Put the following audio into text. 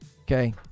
okay